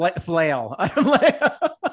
flail